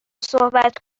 صحبت